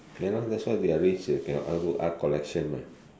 okay lor that's why they are rich they can go art collection mah